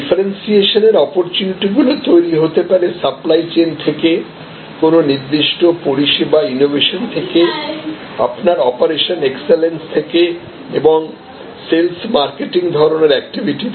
differentiation এর opportunity গুলো তৈরি হতে পারে সাপ্লাই চেইন থেকে কোন নির্দিষ্ট পরিষেবা ইনোভেশন থেকেআপনার অপারেশনাল এক্সলেন্সথেকে এবং সেলস মার্কেটিং ধরনের অ্যাক্টিভিটি থেকে